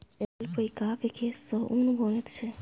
ऐल्पैकाक केससँ ऊन बनैत छै